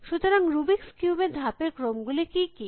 সুতরাং Rubik's cube এর ধাপের ক্রম গুলি কী কী